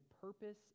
purpose